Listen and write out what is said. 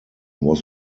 was